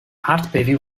aardbeving